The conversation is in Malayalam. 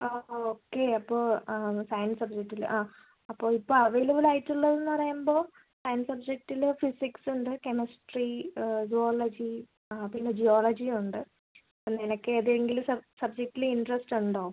ആ ഓക്കെ അപ്പോൾ സയൻസ് സബ്ജെക്ടിൽ ആ അപ്പോൾ ഇപ്പോൾ അവൈലബിൾ ആയിട്ടുള്ളതെന്നു പറയുമ്പോൾ സയൻസ് സബ്ജെക്ടിൽ ഫിസിക്സ് ഉണ്ട് കെമിസ്ട്രി സുവോളജി ആ പിന്നെ ജിയോളജിയും ഉണ്ട് ഇപ്പം നിനക്ക് ഏതെങ്കിലും സബ്ജെക്ടിൽ ഇൻ്ററസ്റ്റ് ഉണ്ടോ